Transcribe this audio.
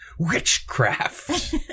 witchcraft